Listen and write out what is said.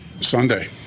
Sunday